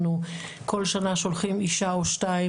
אנחנו כל שנה שולחים אישה או שתיים,